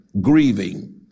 grieving